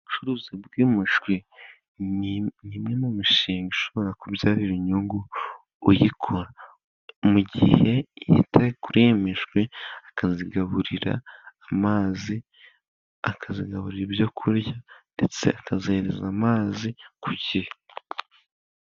Ubucuruzi bw'imishwi ni imwe mu mishinga ishobora kubyarira inyungu uyikora, mu gihe yitaye kuri iyo mishwi akazigaburira amazi, akazigaburira ibyo kurya ndetse akazihereza amazi ku gihe.